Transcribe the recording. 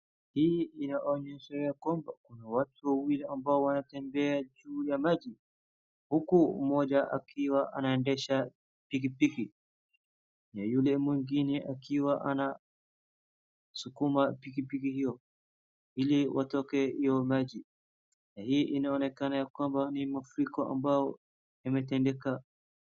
Kuna watu wawili ambao wantatembea majini. Kuna mmoja anaskuma pikipiki. Kunaonekana ni mafuriko ambayo yamefanyika.